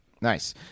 Nice